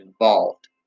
involved